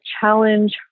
challenge